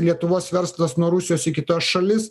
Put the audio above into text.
lietuvos verslas nuo rusijos į kitas šalis